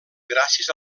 gràcies